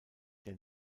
der